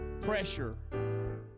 pressure